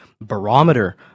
barometer